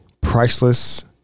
priceless